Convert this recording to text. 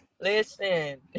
listen